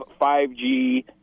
5G